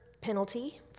penalty